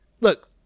look